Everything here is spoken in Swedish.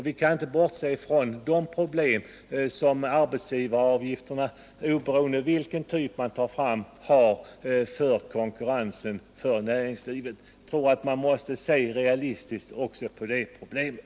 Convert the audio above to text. Vi kan inte bortse från de problem som arbetsgivaravgifterna, oberoende av vilken typ man tar fram, har för näringslivets konkurrensförmåga. Jag tror att man måste se realistiskt också på det problemet.